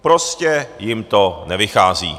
Prostě jim to nevychází.